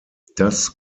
das